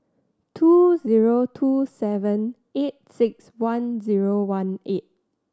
two zero two seven eight six one zero one eight